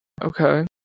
Okay